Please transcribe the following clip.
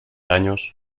años